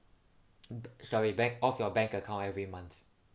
sorry bank off your bank account every month